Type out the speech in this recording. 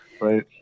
right